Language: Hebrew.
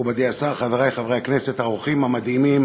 מכובדי השר, חברי חברי הכנסת, האורחים המדהימים,